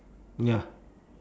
ya